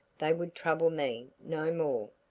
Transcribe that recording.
they would trouble me no more.